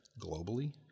globally